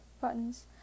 buttons